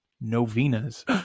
Novenas